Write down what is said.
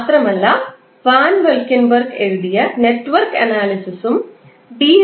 മാത്രമല്ല Van Valkenburg എഴുതിയ 'Network Analysis' ഉം D